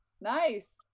Nice